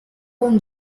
con